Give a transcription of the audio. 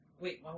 Wait